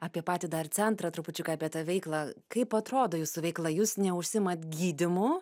apie patį dar centrą trupučiuką apie tą veiklą kaip atrodo jūsų veikla jūs neužsiimat gydymu